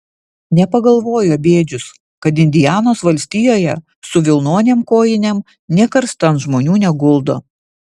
nepagalvojo bėdžius kad indianos valstijoje su vilnonėm kojinėm nė karstan žmonių neguldo